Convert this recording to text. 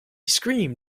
screamed